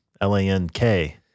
l-a-n-k